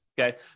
okay